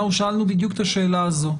אנחנו שאלנו בדיוק את השאלה הזו,